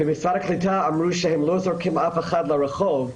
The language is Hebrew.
במשרד הקליטה אמרו שהם לא זורקים אף אחד לרחוב.